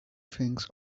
things